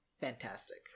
fantastic